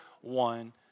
one